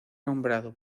nombrado